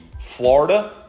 Florida